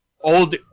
old